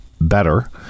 better